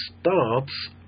starts